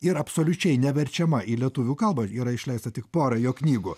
ir absoliučiai neverčiama į lietuvių kalbą yra išleista tik porą jo knygų